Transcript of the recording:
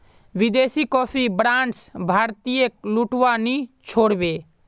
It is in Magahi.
विदेशी कॉफी ब्रांड्स भारतीयेक लूटवा नी छोड़ बे